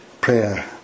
prayer